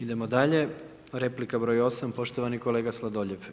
Idemo dalje, replika broj 8 poštovani kolega Sladoljev.